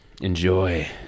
enjoy